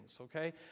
okay